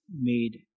made